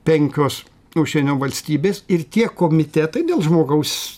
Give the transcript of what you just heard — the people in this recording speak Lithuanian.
penkios ušienio valstybės ir tie komitetai dėl žmogaus